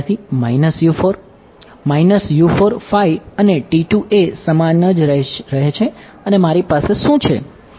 અને સમાન જ રહે છે અને મારી પાસે શું છે